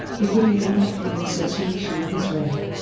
beginning a lifelong association with israel.